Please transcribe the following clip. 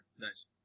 Nice